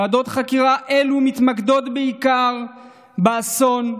ועדות חקירה אלו מתמקדות בעיקר באסון,